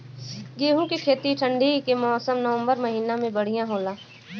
गेहूँ के खेती ठंण्डी के मौसम नवम्बर महीना में बढ़ियां होला?